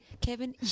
Kevin